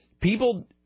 people